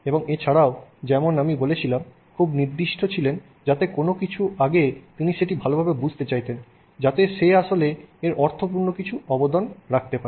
এবং এছাড়াও যেমন আমি বলেছিলাম খুব নির্দিষ্ট ছিলেন যাতে কোন কিছুর আগে তিনি সেটি ভালোভাবে বুঝতে চাইতেন যাতে সে আসলে এর অর্থপূর্ণ কিছু অবদান রাখতে পারেন